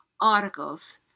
articles